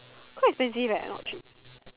quite expensive eh not cheap